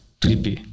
trippy